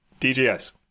DGS